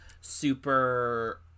super